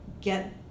get